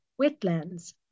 wetlands